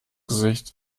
gesicht